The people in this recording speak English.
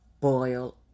Boil